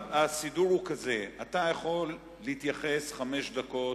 הסידור הוא כזה: אתה יכול להתייחס חמש דקות,